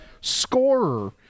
scorer